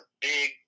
big –